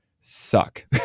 suck